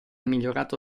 migliorato